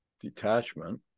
detachment